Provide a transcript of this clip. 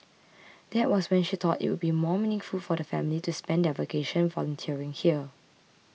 there was when she thought it would be more meaningful for the family to spend their vacation volunteering here